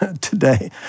today